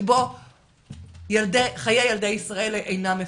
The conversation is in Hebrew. שבו חיי ילדי ישראל אינם הפקר,